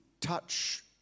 touch